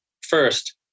first